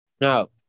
no